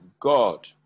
God